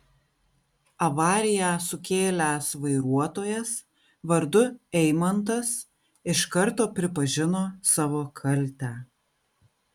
avariją sukėlęs vairuotojas vardu eimantas iš karto pripažino savo kaltę